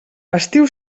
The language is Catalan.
estiu